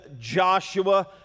Joshua